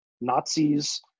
Nazis